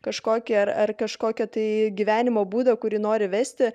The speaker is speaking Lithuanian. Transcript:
kažkokį ar ar kažkokią tai gyvenimo būdą kurį nori vesti